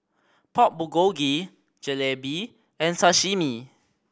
Pork Bulgogi Jalebi and Sashimi